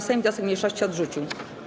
Sejm wniosek mniejszości odrzucił.